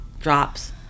drops